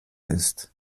ist